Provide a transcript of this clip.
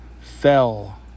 fell